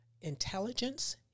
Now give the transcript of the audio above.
intelligence